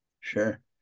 Sure